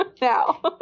now